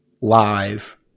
live